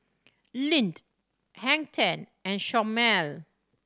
Lindt Hang Ten and Chomel